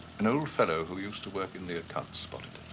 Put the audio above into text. an old fellow who used to work in the accounts spotted